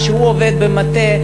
כשהוא עובד במטע,